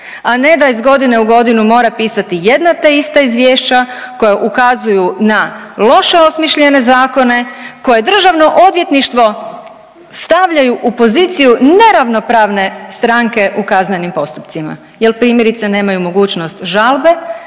a ne da iz godine u godinu mora pisati jedna te ista izvješća koja ukazuju na loše osmišljene zakone koje državno odvjetništvo stavljaju u poziciju neravnopravne stranke u kaznenim postupcima jer primjerice nemaju mogućnost žalbe